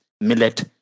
millet